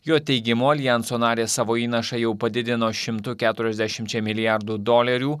jo teigimu aljanso narės savo įnašą jau padidino šimtu keturiasdešimčia milijardų dolerių